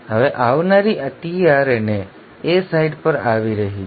હવે આવનારી tRNA એ સાઇટ પર આવી રહી છે